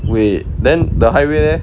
wait then the highway leh